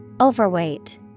Overweight